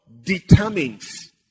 determines